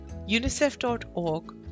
unicef.org